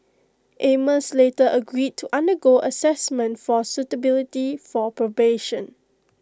amos later agreed to undergo Assessment for suitability for probation